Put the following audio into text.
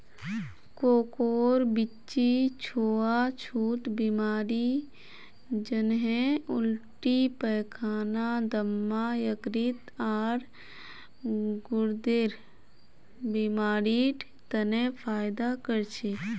कोकोर बीच्ची छुआ छुत बीमारी जन्हे उल्टी पैखाना, दम्मा, यकृत, आर गुर्देर बीमारिड तने फयदा कर छे